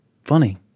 funny